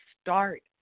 start